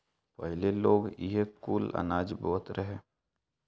पहिले लोग इहे कुल अनाज बोअत रहे